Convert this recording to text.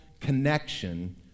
connection